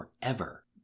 forever